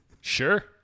Sure